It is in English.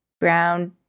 ground